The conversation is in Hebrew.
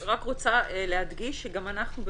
אני רק רוצה להדגיש שגם אנחנו,